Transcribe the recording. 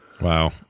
wow